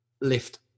lift